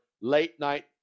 late-night